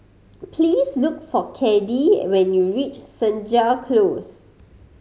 please look for Caddie when you reach Senja Close